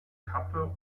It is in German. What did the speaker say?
kappe